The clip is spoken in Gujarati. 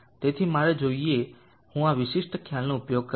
તેથી મારે જોઈએ હું આ વિશિષ્ટ ખ્યાલનો ઉપયોગ કરીશ